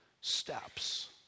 steps